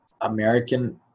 American